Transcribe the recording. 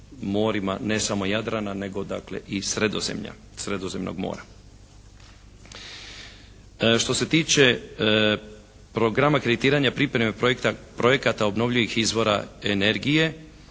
ne samo Jadrana, nego dakle i Sredozemlja, Sredozemnog mora. Što se tiče programa kreditiranja pripreme projekata obnovljivih izvora energije